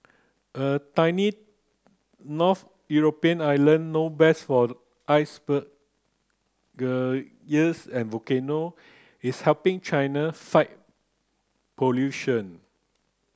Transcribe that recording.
a tiny north European island known best for iceberg geysers and volcano is helping China fight pollution